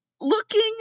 looking